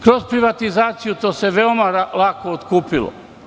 Kroz privatizaciju to se veoma lako otkupilo.